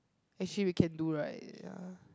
actually we can do right ya